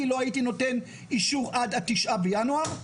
אני לא הייתי נותן אישור עד ה-9 בינואר 2022,